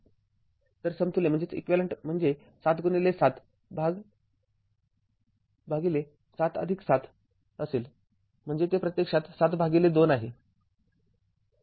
तर समतुल्य म्हणजे ७७ भागिले७७ असेल म्हणजे ते प्रत्यक्षात ७ भागिले २ आहे